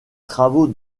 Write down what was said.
travaux